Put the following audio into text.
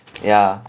yeah